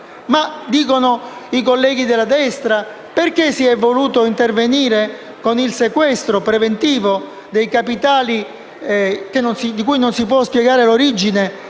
farlo. I colleghi della destra chiedono perché si sia voluto intervenire con il sequestro preventivo dei capitali di cui non si può spiegare l'origine,